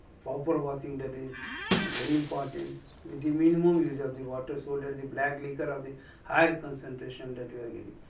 proper washing that is very important the minimum use of the water so that the black liquor of the higher concentration that we are getting.